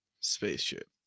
spaceship